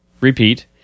repeat